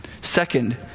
Second